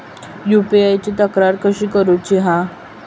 UPI ची तक्रार कशी करुची हा?